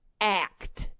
act